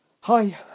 Hi